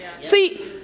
See